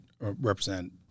represent